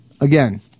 again